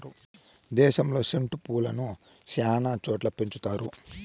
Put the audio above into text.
దేశంలో సెండు పూలను శ్యానా చోట్ల పెంచుతారు